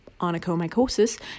onychomycosis